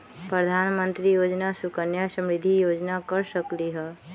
प्रधानमंत्री योजना सुकन्या समृद्धि योजना कर सकलीहल?